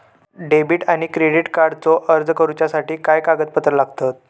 Debit आणि credit कार्डचो अर्ज करुच्यासाठी काय कागदपत्र लागतत?